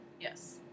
yes